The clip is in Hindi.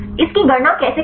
इसकी गणना कैसे करें